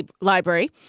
Library